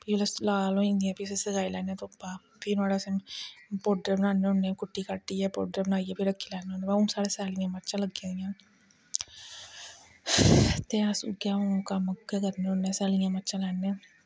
फ्ही जिसलै लाल होई जंदियां फ्ही उसी सकाई लैन्ने धुप्पा फ्ही नोहाड़ा अस पौडर बनान्ने होन्ने कुट्टी कट्टियै पौडर बनाइयै रक्खी लैन्ने होन्ने व हून साढ़ै सैल्लियां मर्चां लग्गी दियां ते अस कम्म उ'ऐ करने होन्ने सैल्लियां मर्चां लैन्ने